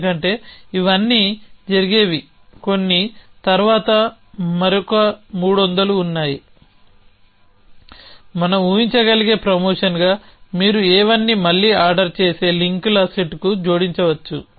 ఎందుకంటే ఇవన్నీ జరిగేవి కొన్ని తరువాత మరొక మూడొందలు ఉన్నాయి మనం ఊహించగలిగే ప్రమోషన్గా మీరు A1 ని మళ్లీ ఆర్డర్ చేసే లింక్ల సెట్కు జోడించవచ్చు